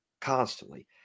constantly